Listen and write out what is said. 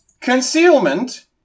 Concealment